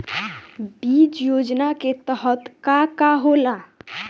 बीज योजना के तहत का का होला?